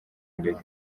imbere